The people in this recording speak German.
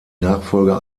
nachfolge